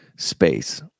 Space